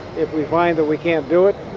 if we find that we can't do it,